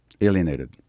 alienated